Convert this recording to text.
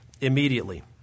immediately